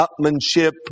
upmanship